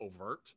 overt